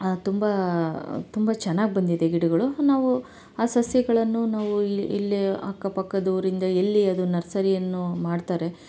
ತುಂಬ ತುಂಬ ಚೆನ್ನಾಗಿ ಬಂದಿದೆ ಗಿಡಗಳು ನಾವು ಆ ಸಸ್ಯಗಳನ್ನು ನಾವು ಇಲ್ಲಿ ಅಕ್ಕಪಕ್ಕದ ಊರಿಂದ ಎಲ್ಲಿ ಅದು ನರ್ಸರಿಯನ್ನು ಮಾಡ್ತಾರೆ